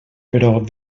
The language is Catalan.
però